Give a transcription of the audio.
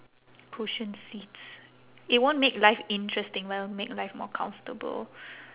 cushion seats it won't make life interesting but it will make life more comfortable